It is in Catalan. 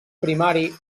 primari